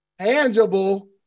tangible